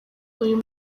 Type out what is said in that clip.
uyu